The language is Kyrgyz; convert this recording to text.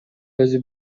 өзү